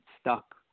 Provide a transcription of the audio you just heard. stuck